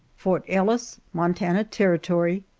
fort ellis, montana territory,